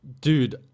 Dude